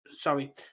Sorry